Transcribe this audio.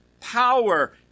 power